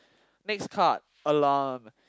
next card alarm